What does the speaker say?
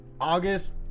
August